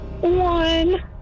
One